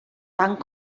tant